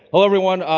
hello everyone.